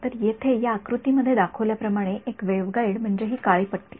तर येथे या आकृतीमध्ये दाखवल्याप्रमाणे एक वेव्हगाईड म्हणजे ही काळी पट्टी